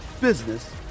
business